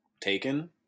taken